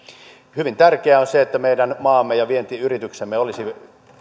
hyvin tärkeää on se että meidän maamme ja vientiyrityksemme olisivat